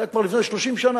זה היה כבר לפני 30 שנה,